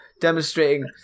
demonstrating